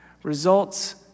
Results